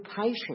patient